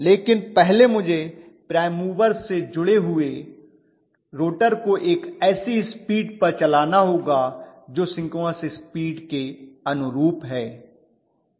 लेकिन पहले मुझे प्राइम मूवर से जुड़े हुए रोटर को एक ऐसी स्पीड पर चलाना होगा जो सिंक्रोनस स्पीड के अनुरूप है